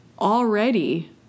already